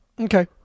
Okay